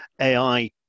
AI